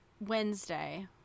Wednesday